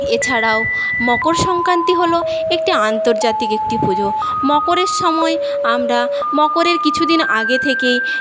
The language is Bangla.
এছাড়াও মকর সংক্রান্তি হল একটি আন্তর্জাতিক একটি পুজো মকরের সময়ে আমরা মকরের কিছুদিন আগে থেকে